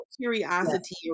curiosity